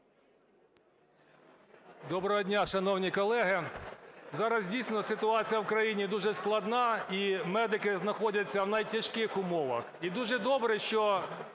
Доброго дня, шановні колеги. Зараз дійсно ситуація в країні дуже складана. І медики знаходяться в найтяжких умовах. І дуже добре, що